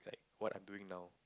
like what I'm doing now